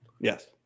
Yes